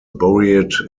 buried